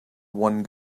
one